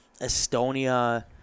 Estonia